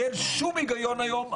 כי אין שום היגיון היום,